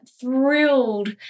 thrilled